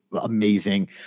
amazing